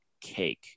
cake